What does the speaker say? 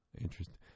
Interesting